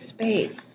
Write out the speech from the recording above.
space